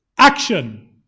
Action